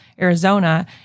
Arizona